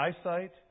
eyesight